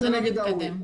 זה נגד ההורים.